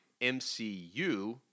MCU